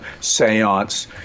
seance